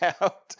out